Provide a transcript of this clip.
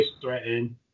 threatened